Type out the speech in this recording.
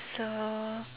so